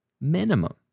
minimum